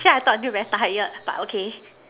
actually I talk until very tired but okay